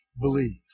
believe